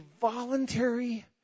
voluntary